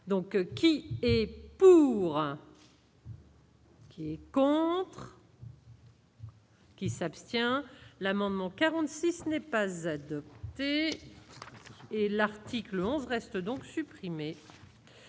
donc, qui est pour. Quoi. Qui s'abstient l'amendement 46 n'est pas adoptée et l'article 11 reste donc supprimé